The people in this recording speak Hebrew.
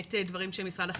ובאמת דברים שמשרד החינוך,